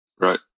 right